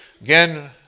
Again